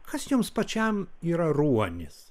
kas jums pačiam yra ruonis